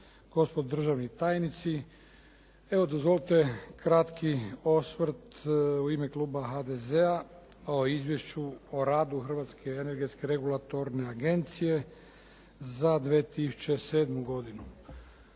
gospodo državni tajnici. Evo, dozvolite kratki osvrt u ime kluba HDZ-a o Izvješće o radu Hrvatske energetske regulatorne agencije za 2007. godinu.